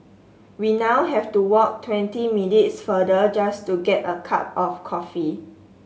we now have to walk twenty minutes further just to get a cup of coffee